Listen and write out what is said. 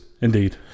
Indeed